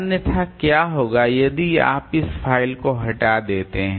अन्यथा क्या होगा यदि आप इस फ़ाइल को हटा देते हैं